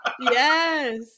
yes